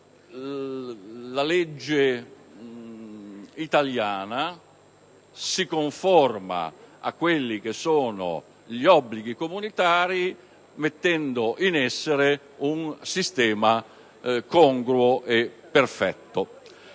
la legge italiana si conforma agli obblighi comunitari mettendo in essere un sistema congruo e perfetto.